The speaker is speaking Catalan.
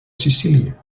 sicília